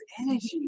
energy